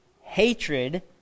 Hatred